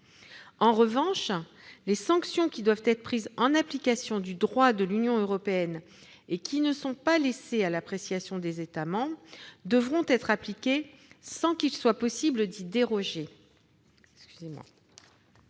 En revanche, les sanctions qui doivent être prises en application du droit de l'Union européenne et qui ne sont pas laissées à l'appréciation des États membres devront être appliquées sans qu'il soit possible d'y déroger,